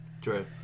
True